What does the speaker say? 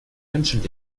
menschen